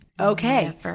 Okay